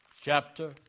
chapter